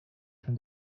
from